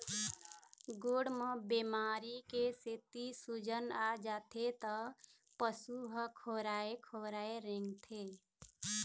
गोड़ म बेमारी के सेती सूजन आ जाथे त पशु ह खोराए खोराए रेंगथे